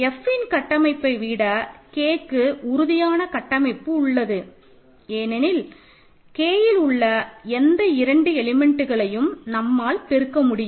Fன் கட்டமைப்பை விட Kக்கு உறுதியான கட்டமைப்பு உள்ளது ஏனெனில் Kல் உள்ள எந்த இரண்டு எலிமெண்ட்க்களையும் நம்மால் பெருக்க முடியும்